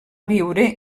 viure